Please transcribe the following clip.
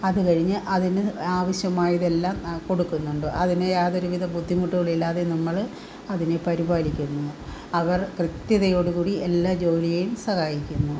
അത് കഴിഞ്ഞ് അതിന് ആവശ്യമായതെല്ലാം കൊടുക്കുന്നുണ്ട് അതിന് യാധൊരു വിധ ബുദ്ധിമുട്ടുകളില്ലാതെ നമ്മൾ അതിനെ പരിപാലിക്കുന്നു അവർ കൃത്യതയോടുകൂടി എല്ലാ ജോലിയേയും സഹായിക്കുന്നു